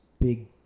big